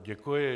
Děkuji.